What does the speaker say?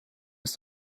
ist